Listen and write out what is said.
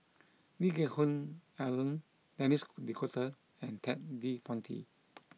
Lee Geck Hoon Ellen Denis D'Cotta and Ted De Ponti